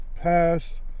pass